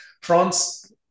France